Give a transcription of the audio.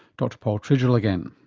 dr paul tridgell again.